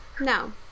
No